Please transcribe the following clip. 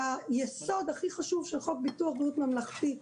היסוד הכי חשוב של חוק ביטוח בריאות ממלכתי,